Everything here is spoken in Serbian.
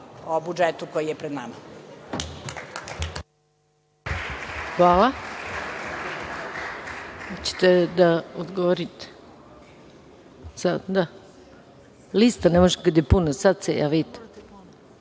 budžetu koji je pred nama.